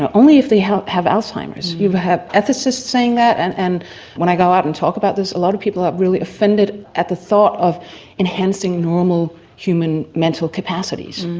ah only if they have alzheimer's you have ethicists saying that and and when i go out and talk about this a lot of people are really offended at the thought of enhancing normal human mental capacities.